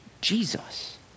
Jesus